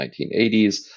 1980s